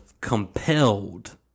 compelled